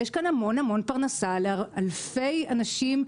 יש כאן המון פרנסה לאלפי אנשים,